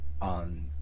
on